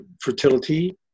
Fertility